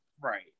Right